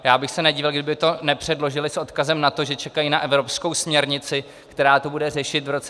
Já bych se nedivil, kdyby to nepředložili s odkazem na to, že čekají na evropskou směrnici, která to bude řešit v roce 2030.